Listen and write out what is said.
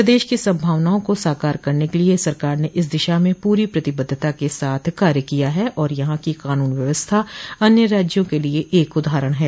प्रदेश की संभावनाओं को साकार करने के लिये सरकार ने इस दिशा में पूरी प्रतिबद्धता के साथ कार्य किया है और यहां की कानून व्यवस्था अन्य राज्यों के लिये एक उदाहरण है